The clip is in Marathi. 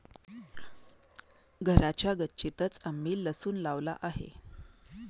घराच्या गच्चीतंच आम्ही लसूण लावला आहे